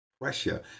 pressure